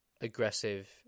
aggressive